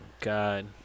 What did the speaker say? God